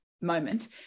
moment